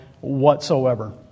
whatsoever